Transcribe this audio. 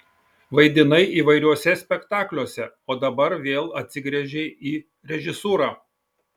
vaidinai įvairiuose spektakliuose o dabar vėl atsigręžei į režisūrą